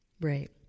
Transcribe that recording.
right